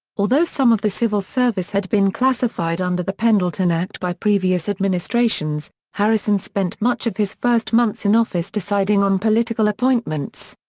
although some of the civil service had been classified under the pendleton act by previous administrations, harrison spent much of his first months in office deciding on political appointments.